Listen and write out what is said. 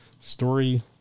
story